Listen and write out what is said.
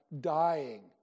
dying